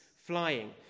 flying